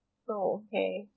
oh okay